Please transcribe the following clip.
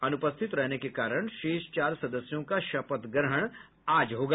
अनुपस्थित रहने के कारण शेष चार सदस्यों का शपथ ग्रहण आज होगा